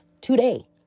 today